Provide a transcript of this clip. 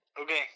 Okay